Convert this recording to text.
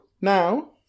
now